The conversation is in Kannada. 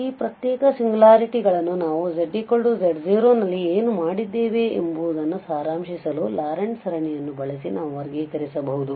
ಆದ್ದರಿಂದ ಈ ಪ್ರತ್ಯೇಕ ಸಿಂಗ್ಯುಲಾರಿಟಿಗಳನ್ನು ನಾವು zz0 ನಲ್ಲಿ ಏನು ಮಾಡಿದ್ದೇವೆ ಎಂಬುದನ್ನು ಸಾರಾಂಶಿಸಲು ಲಾರೆಂಟ್ ಸರಣಿಯನ್ನು ಬಳಸಿ ನಾವು ವರ್ಗೀಕರಿಸಬಹುದು